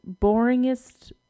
boringest